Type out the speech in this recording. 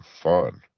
fun